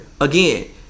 again